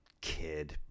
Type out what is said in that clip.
kid